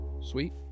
sweet